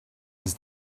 his